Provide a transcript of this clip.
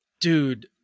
dude